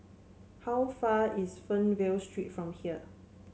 how far is Fernvale Street from here